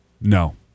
No